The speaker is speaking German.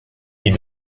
die